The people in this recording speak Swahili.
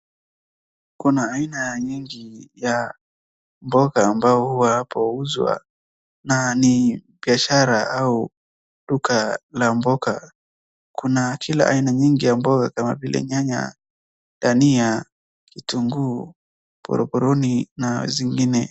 Kuna iana nyingi ya mboga ambayo huwa hapo huuzwa na ni biashara au duka la mboga. Kuna kila aina nyingi ya mboga kama vile nyanya, dania, kitunguu, boroboroni na zingine